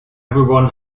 everyone